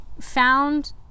found